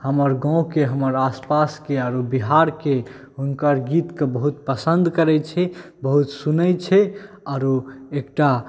हमर गाँवके हमर आसपासके आरो बिहारके हुनकर गीतकेँ बहुत पसिन करैत छै बहुत सुनैत छै आरो एकटा